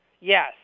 Yes